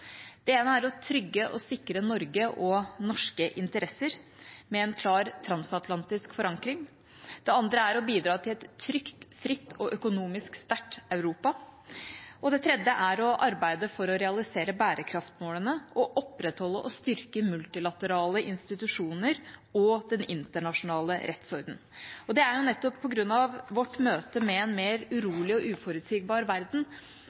Det ene er å trygge og sikre Norge og norske interesser, med en klar transatlantisk forankring. Det andre er å bidra til et trygt, fritt og økonomisk sterkt Europa. Det tredje er å arbeide for å realisere bærekraftsmålene og å opprettholde og styrke multilaterale institusjoner og den internasjonale rettsorden. Det er jo nettopp på grunn av vårt møte med en mer urolig og uforutsigbar verden